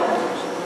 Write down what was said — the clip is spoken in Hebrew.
כן.